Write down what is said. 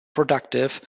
productive